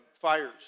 fires